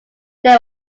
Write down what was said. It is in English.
they